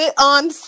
on